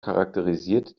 charakterisiert